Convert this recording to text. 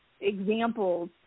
examples